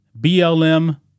BLM